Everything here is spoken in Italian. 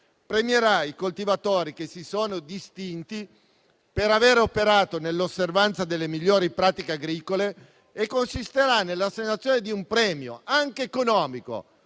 premierà i coltivatori che si sono distinti per avere operato nell'osservanza delle migliori pratiche agricole e consisterà nell'assegnazione di un premio, anche economico,